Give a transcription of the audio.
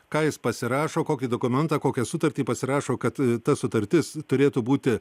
ką jis pasirašo kokį dokumentą kokią sutartį pasirašo kad ta sutartis turėtų būti